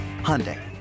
Hyundai